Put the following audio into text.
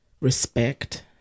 respect